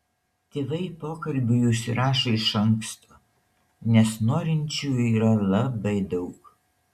tėvai pokalbiui užsirašo iš anksto nes norinčiųjų yra labai daug